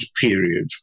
period